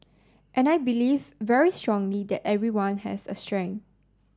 and I believe very strongly that everyone has a strength